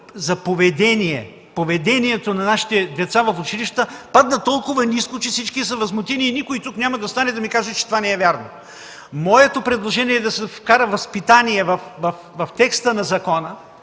за поведение, поведението на нашите деца в училище падна толкова ниско, че всички са възмутени. Никой тук няма да стане и да каже, че това не е вярно. Моето предложение е да се вкара „възпитание” в текста на закона,